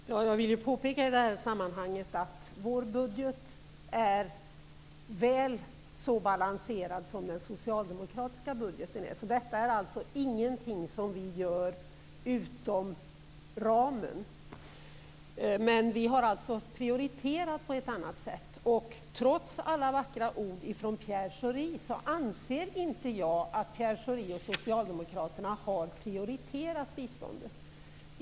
Fru talman! Jag vill påpeka att vår budget är väl så balanserad som den socialdemokratiska budgeten. Detta är alltså ingenting som vi gör utom ramen. Men vi har prioriterat på ett annat sätt. Trots alla vackra ord från Pierre Schori anser jag inte att han och socialdemokraterna har prioriterat biståndet.